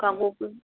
ꯀꯥꯡꯄꯣꯛꯄꯤ